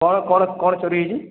କ'ଣ କ'ଣ କ'ଣ ଚୋରି ହୋଇଛି